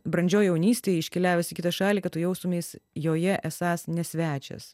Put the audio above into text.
brandžioj jaunystėj iškeliavęs į kitą šalį kad tu jaustumeis joje esąs ne svečias